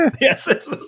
Yes